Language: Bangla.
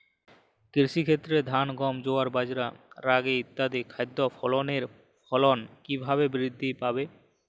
কৃষির ক্ষেত্রে ধান গম জোয়ার বাজরা রাগি ইত্যাদি খাদ্য ফসলের ফলন কীভাবে বৃদ্ধি পাবে?